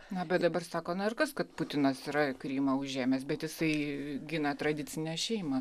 na bet dabar sako na ir kas kad putinas yra krymą užėmęs bet jisai gina tradicinę šeimą